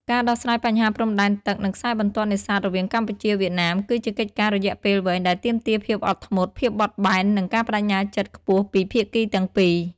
ការដោះស្រាយបញ្ហាព្រំដែនទឹក និងខ្សែបន្ទាត់នេសាទរវាងកម្ពុជា វៀតណាម គឺជាកិច្ចការរយៈពេលវែងដែលទាមទារភាពអត់ធ្មត់ ភាពបត់បែន និងការប្តេជ្ញាចិត្តខ្ពស់ពីភាគីទាំងពីរ។